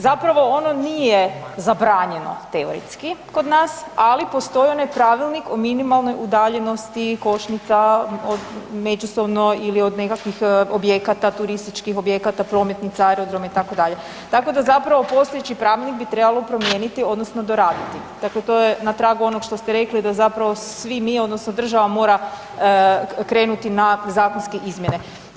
Zapravo ono nije zabranjeno teoretski kod nas, ali postoji onaj pravilnik o minimalnoj udaljenosti košnica međusobno ili od nekakvih objekata turističkih objekata, prometnica, aerodroma itd., tako da zapravo postojeći pravilnik bi trebalo promijeniti odnosno doraditi, dakle to je na tragu onog što ste rekli da zapravo svi mi odnosno država mora krenuti na zakonske izmjene.